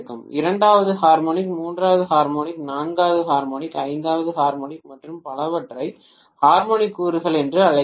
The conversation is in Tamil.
இரண்டாவது ஹார்மோனிக் மூன்றாவது ஹார்மோனிக் நான்காவது ஹார்மோனிக் ஐந்தாவது ஹார்மோனிக் மற்றும் பலவற்றை ஹார்மோனிக் கூறுகள் என்று அழைக்கிறோம்